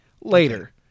later